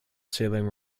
sailing